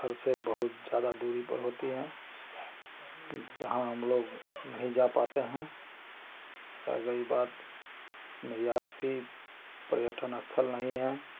घर से बहुत ज़्यादा दूरी पर होती हैं जहां हम लोग नहीं जा पाते हैं रह गई बात निर्यात की पर्यटन स्थल नहीं हैं